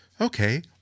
okay